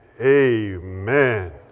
Amen